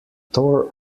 tore